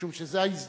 משום שזאת ההזדמנות